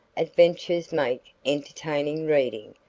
adventures make entertaining reading,